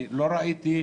לא ראיתי,